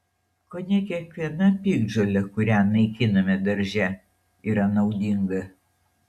kone kiekviena piktžolė kurią naikiname darže yra naudinga